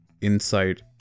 inside